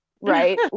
right